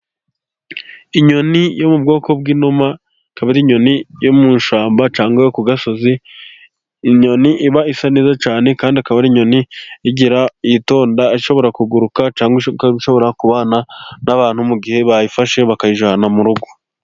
Inyoni yo mu bwoko bw'inuma kaba ar'inyoni yo mu ishyamba cyangwa ku gasozi. N'inyoni iba isa neza cyane kandi akaba ari inyoni yitonda ishobora kuguruka cyangwa se kandi ishobora kubana n'abantu mu gihe bayifashe bakayijana mu rugo.